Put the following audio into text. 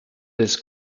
des